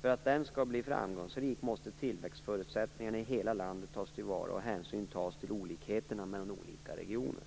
För att den skall bli framgångsrik, måste tillväxtförutsättningarna i hela landet tas till vara och hänsyn tas till olikheterna mellan olika regioner.